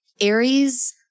Aries